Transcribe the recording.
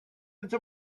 into